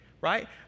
right